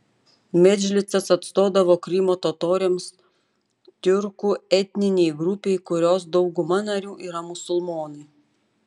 medžlisas atstovavo krymo totoriams tiurkų etninei grupei kurios dauguma narių yra musulmonai